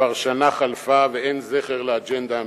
כבר שנה חלפה ואין זכר לאג'נדה האמיתית.